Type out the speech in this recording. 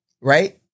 Right